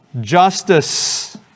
justice